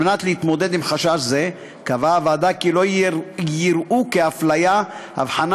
כדי להתמודד עם חשש זה קבעה הוועדה כי לא יראו כהפליה הבחנה